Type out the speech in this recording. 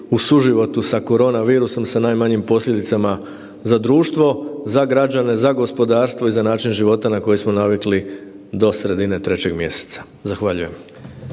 u suživotu sa korona virusom sa najmanjim posljedicama za društvo, za građane, za gospodarstvo i za način života na koji smo navikli do sredine 3. mjeseca. Zahvaljujem.